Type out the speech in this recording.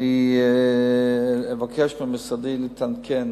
אבקש ממשרדי להתעדכן